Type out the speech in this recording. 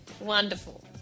Wonderful